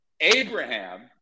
Abraham